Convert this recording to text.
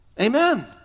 Amen